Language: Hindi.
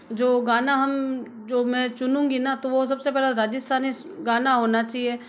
जो गाना हम जो मैं चुनूँगी ना तो वो सबसे पहला राजस्थानी गाना होना चाहिए